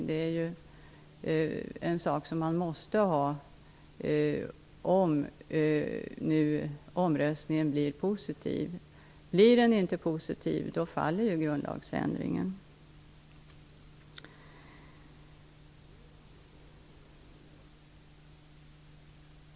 Det är en sak som man måste ha om omröstningsresultatet blir positivt. Om det inte blir positivt faller grundlagsändringen.